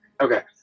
Okay